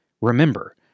Remember